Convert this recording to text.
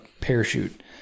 parachute